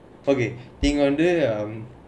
okay you under um